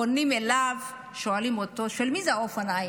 פונים אליו, שואלים אותו: של מי האופניים?